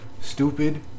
stupid